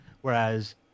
Whereas